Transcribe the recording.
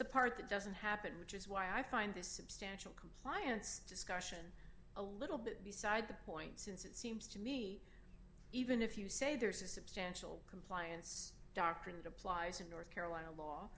the part that doesn't happen which is why i find this substantial compliance discussion a little bit beside the point since it seems to me even if you say there's a substantial compliance doctrine that applies in north carolina law